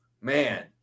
man